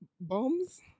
Bombs